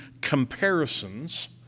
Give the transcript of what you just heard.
comparisons